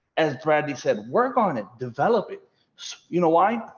as bradley said, work on it, develop it. so you know why?